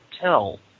tell